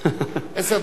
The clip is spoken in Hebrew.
עשר דקות זה,